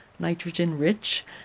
nitrogen-rich